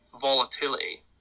volatility